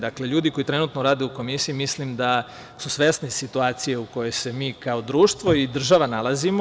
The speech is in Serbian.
Dakle, ljudi koji trenutno rade u Komisiji mislim da su svesni situacije u kojoj se mi kao društvo i država nalazimo.